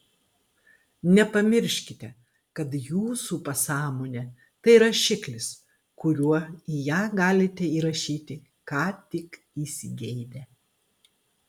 nepamirškite kad jūsų pasąmonė tai rašiklis kuriuo į ją galite įrašyti ką tik įsigeidę